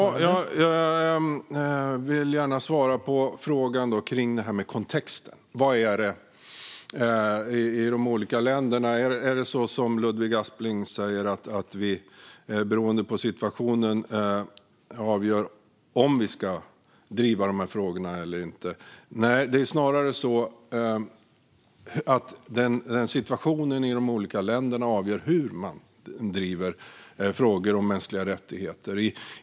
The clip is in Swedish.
Herr talman! Jag vill gärna svara på frågan om det här med kontexten. Är det så som Ludvig Aspling säger att vi beroende på situationen avgör om vi ska driva de här frågorna eller inte? Nej, det är snarare så att situationen i de olika länderna avgör hur man driver frågor om mänskliga rättigheter.